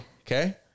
okay